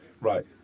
right